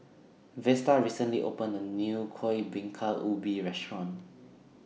Vesta recently opened A New Kuih Bingka Ubi Restaurant